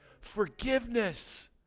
forgiveness